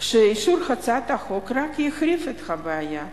רק יחריף את הבעיה.